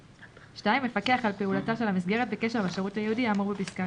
(2) מפקח על פעולתה של המסגרת בקשר לשירות הייעודי האמור בפסקה